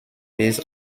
base